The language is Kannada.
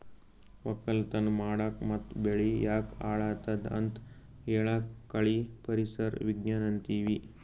ವಕ್ಕಲತನ್ ಮಾಡಕ್ ಮತ್ತ್ ಬೆಳಿ ಯಾಕ್ ಹಾಳಾದತ್ ಅಂತ್ ಹೇಳಾಕ್ ಕಳಿ ಪರಿಸರ್ ವಿಜ್ಞಾನ್ ಅಂತೀವಿ